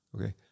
okay